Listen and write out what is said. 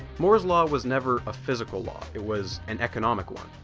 moore's law was never a physical law it was an economic one.